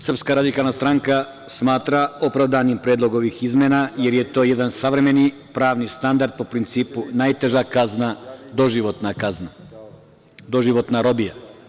Srpska radikalna stranka smatra opravdanim predlog ovih izmena jer je to jedan savremeni pravni standard po principu najteža kazna – doživotna kazna – doživotna robija.